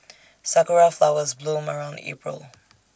Sakura Flowers bloom around April